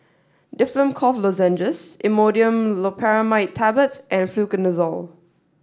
Difflam Cough Lozenges Imodium Loperamide Tablets and Fluconazole